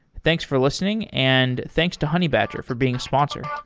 thanks for listening, and thanks to honeybadger for being a sponsor.